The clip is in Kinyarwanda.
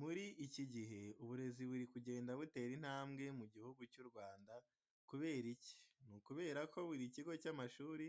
Muri iki gihe, uburezi buri kugenda butera intambwe mu Gihugu cy'u Rwanda, kubera iki? Ni ukubera ko buri kigo cy'amashuri,